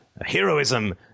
heroism